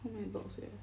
how many box you have